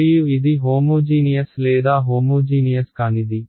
మరియు ఇది హోమోజీనియస్ లేదా హోమోజీనియస్ కానిది